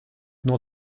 nur